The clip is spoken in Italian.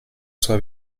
sua